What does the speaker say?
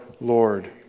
Lord